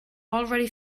already